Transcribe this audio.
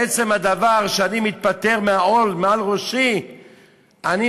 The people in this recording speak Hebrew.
עצם הדבר שאני נפטר מהעול שעל ראשי,